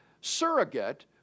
surrogate